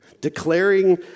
declaring